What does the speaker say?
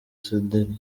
senderi